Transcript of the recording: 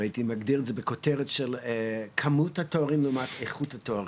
והייתי מגדיר את זה בכותרת של כמות התארים לעומת איכות התארים.